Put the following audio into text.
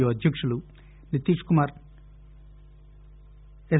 you అధ్యకులు Nitish Kumar yes